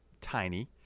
tiny